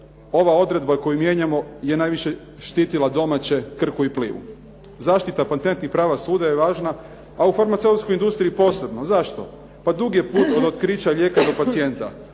ova odredba koju mijenjamo je najviše štitila domaće Krku i Plivu. Zaštita patentnih prava svuda je važna a u farmaceutskoj industriji posebno. Zašto? Pa dug je put od otkrića lijeka do pacijenta.